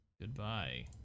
Goodbye